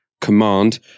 command